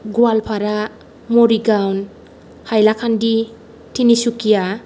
Goalpara Morigaon Hailakandi Tinsukia